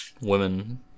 women